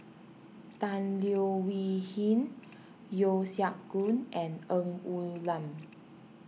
Tan Leo Wee Hin Yeo Siak Goon and Ng Woon Lam